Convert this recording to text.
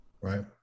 right